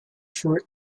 through